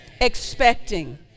expecting